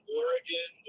oregon